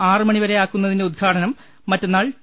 ആറ് മണി വരെയാക്കുന്നതിന്റെ ഉദ്ഘാടനം മറ്റന്നാൾ ടി